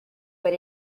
but